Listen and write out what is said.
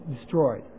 destroyed